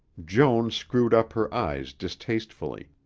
joan screwed up her eyes distastefully.